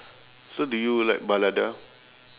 so do you like balada